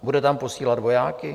Bude tam posílat vojáky?